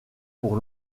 pour